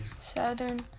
Southern